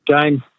James